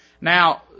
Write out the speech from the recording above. Now